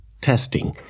testing